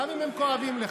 גם אם הם כואבים לך.